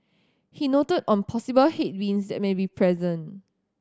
he noted on possible headwinds that may be present